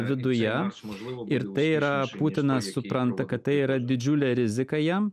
viduje ir tai yra putinas supranta kad tai yra didžiulė rizika jam